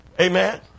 Amen